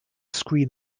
screen